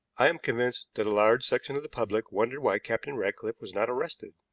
i am convinced that a large section the public wondered why captain ratcliffe was not arrested,